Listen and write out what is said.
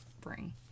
bring